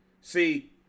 See